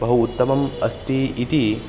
बहु उत्तमम् अस्ति इति